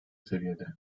seviyede